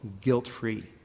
guilt-free